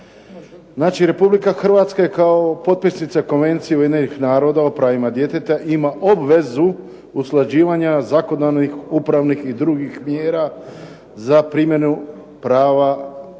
Znači Republika Hrvatska kao potpisnica Konvencije Ujedinjenih naroda o pravima djeteta ima obvezu usklađivanja zakonodavnih upravnih i drugih mjera za primjenu prava priznatih